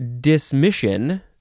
Dismission